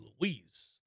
Louise